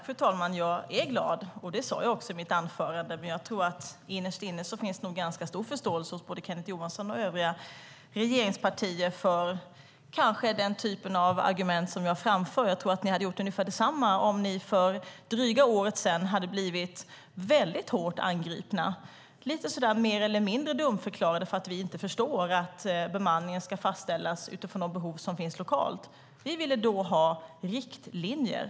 Fru talman! Jag är glad, och det sade jag också i mitt anförande. Men jag tror att det kanske innerst inne finns ganska stor förståelse hos både Kenneth Johansson och övriga regeringspartier för den typ av argument som jag framförde. Jag tror att ni hade gjort ungefär detsamma om ni för drygt ett år sedan hade blivit väldigt hårt angripna, mer eller mindre dumförklarade, därför att vi inte förstår att bemanningen ska fastställas utifrån de behov som finns lokalt. Vi ville då ha riktlinjer.